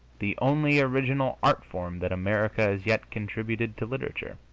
the only original art-form that america has yet contributed to literature.